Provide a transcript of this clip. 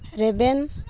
ᱨᱮᱵᱮᱱ